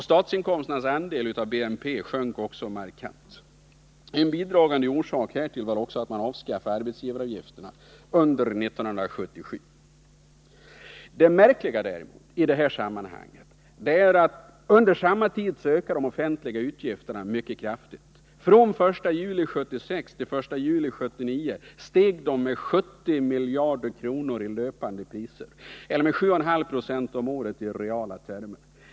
Statsinkomsternas andel av BNP sjönk också markant; härtill bidrog inte minst de sänkningar av arbetsgivaravgifterna som genomfördes under 1977. Det märkliga i sammanhanget är att under samma tid ökade de offentliga utgifterna mycket kraftigt. Från 1 juli 1976 till 1 juli 1979 steg dessa med 70 miljarder kronor i löpande priser eller med 7,5 20 om året i reala termer.